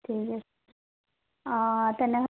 ঠিক আছে তেনেহ'লে